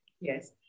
Yes